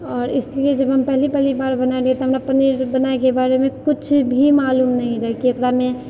आओर इसलिए जब हम पहली पहली बार बनाय रहियै तऽ हमरा पनीर बनायके बारेमे कुछ भी मालूम नहि रहै कि एकरामे